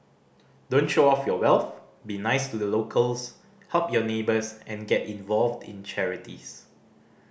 don't show off your wealth be nice to the locals help your neighbours and get involved in charities